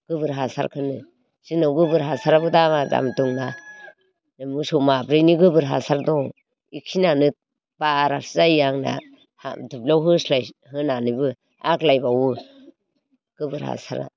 गोबोर हासारखौनो जोंनाव गोबोर हासाराबो दामा दाम दं ना मोसौ माब्रैनि गोबोर हासार दं बेखिनियानो बारासो जायो आंना दुब्लियाव होस्लाय होनानैबो आग्लायबावो गोबोर हासारा